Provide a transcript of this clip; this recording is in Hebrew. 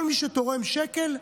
כל מי שתורם שקל,